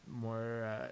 more